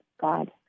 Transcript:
God